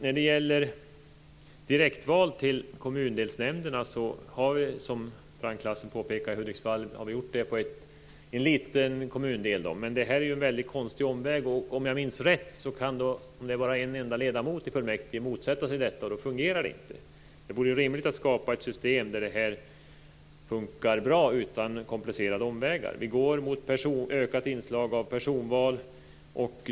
När det gäller direktval till kommundelsnämnderna har vi i Hudiksvall, som Frank Lassen påpekade, gjort det i en liten kommundel. Det är en väldigt konstig omväg. Om jag minns rätt kan en enda ledamot i fullmäktige motsätta sig detta, och då fungerar det inte. Det vore rimligt att skapa ett system där det här fungerar bra utan komplicerade omvägar. Vi går mot ökat inslag av personval.